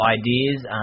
ideas